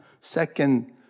second